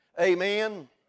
Amen